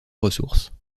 ressources